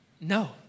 No